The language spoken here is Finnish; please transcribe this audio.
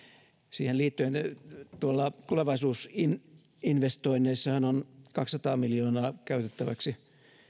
siihen liittyen tuolla tulevaisuusinvestoinneissahan on kaksisataa miljoonaa käytettäväksi